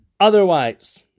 Otherwise